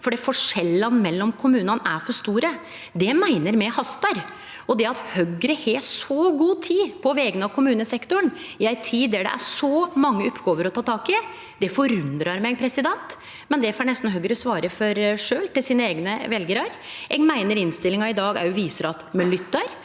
for forskjellane mellom kommunane er for store. Det meiner me hastar, og det at Høgre har så god tid på vegner av kommunesektoren i ei tid då det er så mange oppgåver å ta tak i, det forundrar meg – men det får nesten Høgre svare for sjølv, til sine eigne veljarar. Eg meiner innstillinga i dag òg viser at me lyttar,